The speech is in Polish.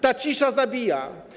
Ta cisza zabija.